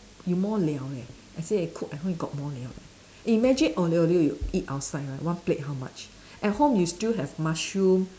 you more 料 leh I say I cook at home you got more 料 leh imagine aglio olio you eat outside right one plate how much at home you still have mushroom